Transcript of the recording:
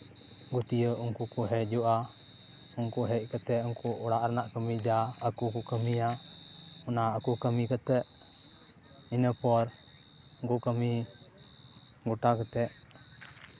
ᱚᱛᱤᱭᱚ ᱩᱱᱠᱩ ᱠᱚ ᱦᱤᱡᱩᱜᱼᱟ ᱩᱱᱠᱩ ᱦᱮᱡ ᱠᱟᱛᱮᱫ ᱩᱱᱠᱩ ᱚᱲᱟᱜ ᱨᱮᱱᱟᱜ ᱠᱟᱹᱢᱤ ᱡᱟ ᱟᱠᱚ ᱠᱚ ᱠᱟᱹᱢᱤᱭᱟ ᱚᱱᱟ ᱟᱠᱚ ᱠᱟᱹᱢᱤ ᱠᱟᱛᱮᱫ ᱤᱱᱟᱹᱯᱚᱨ ᱩᱱᱠᱩ ᱠᱟᱹᱢᱤ ᱜᱚᱴᱟ ᱠᱟᱛᱮᱫ